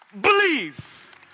believe